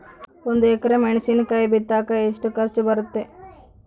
ಒಂದು ಎಕರೆ ಮೆಣಸಿನಕಾಯಿ ಬಿತ್ತಾಕ ಎಷ್ಟು ಖರ್ಚು ಬರುತ್ತೆ?